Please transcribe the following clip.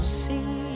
see